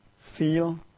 feel